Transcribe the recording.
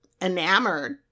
enamored